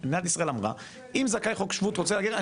מדינת ישראל אמרה אם זכאי חוק שבות רוצה להגר,